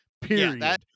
Period